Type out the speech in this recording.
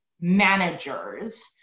managers